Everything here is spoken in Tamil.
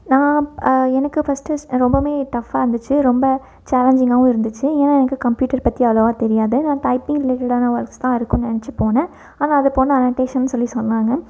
நான் எனக்கு ஃபஸ்ட்டு ரொம்பவுமே டஃப்பாக இருந்துச்சு ரொம்ப சேலஞ்சிங்காகவும் இருந்துச்சு ஏன்னால் எனக்கு கம்பியூட்டர் பற்றி அவ்வளோவா தெரியாது நான் டைப்பிங் ரிலேட்டட்டான ஒர்க்ஸ் தான் இருக்குதுன்னு நினைச்சி போனேன் ஆனால் அங்கே போனால் அனெடேஷன்னு சொல்லி சொன்னாங்க